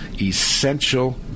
essential